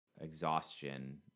exhaustion